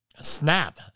snap